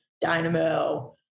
dynamo